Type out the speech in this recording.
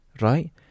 Right